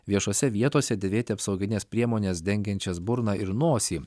viešose vietose dėvėti apsaugines priemones dengiančias burną ir nosį